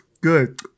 good